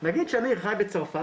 נגיד שאני חי בצרפת,